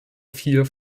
vier